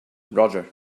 roger